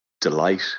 delight